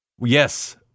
yes